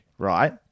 Right